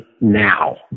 now